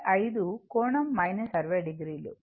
5 కోణం 60o